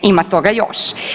Ima toga još.